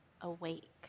awake